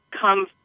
come